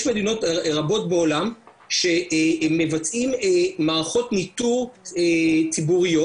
יש מדינות רבות בעולם שהם מבצעים מערכות ניטור ציבוריות